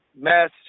mass